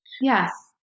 Yes